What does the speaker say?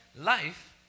life